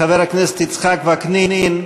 חבר הכנסת יצחק וקנין,